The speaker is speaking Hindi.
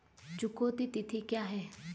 चुकौती तिथि क्या है?